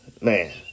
man